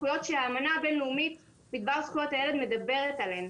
זכויות שהאמנה הבין-לאומית בדבר זכויות הילד מדברת עליהן.